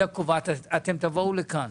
אתם תבואו לכאן